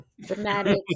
Dramatic